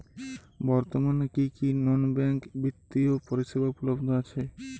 বর্তমানে কী কী নন ব্যাঙ্ক বিত্তীয় পরিষেবা উপলব্ধ আছে?